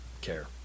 care